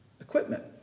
equipment